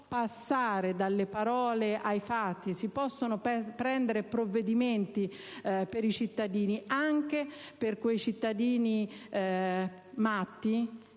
passare dalle parole ai fatti, si possono prendere provvedimenti per i cittadini, anche per quei cittadini «matti»